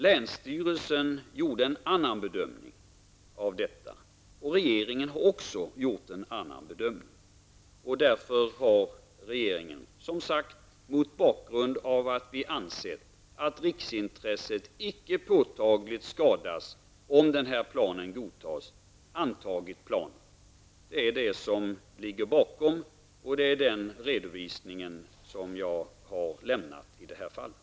Länsstyrelsen och även regeringen gjorde en annan bedömning. Regeringen har därför, som sagt, mot bakgrund av att vi ansett att riksintresset icke påtagligt skadas om planen genomförs, antagit planen. Det är det som ligger bakom beslutet och den redovisning som jag har lämnat.